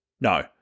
No